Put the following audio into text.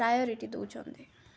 priority ଦଉଛନ୍ତି